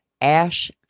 Ash